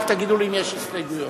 רק תגידו לי שיש הסתייגויות.